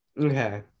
Okay